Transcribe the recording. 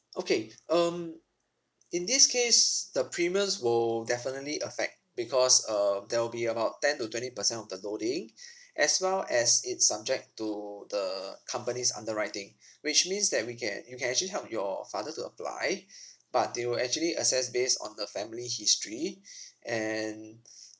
okay um in this case the premiums will definitely affect because um there will be about ten to twenty percent of the loading as well as it's subject to the company's underwriting which means that we can you can actually help your father to apply but they will actually assess based on the family history and